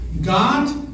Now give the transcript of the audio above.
God